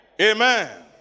amen